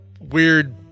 weird